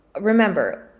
Remember